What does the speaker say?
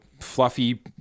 Fluffy